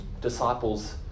Disciples